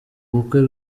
bukwe